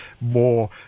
more